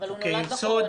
אבל הוא נולד בקורונה.